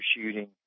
shooting